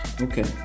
Okay